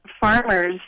farmers